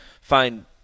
find